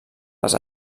les